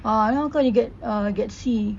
ah how come you get uh get C